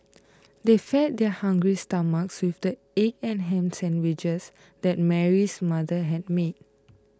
they fed their hungry stomachs with the egg and ham sandwiches that Mary's mother had made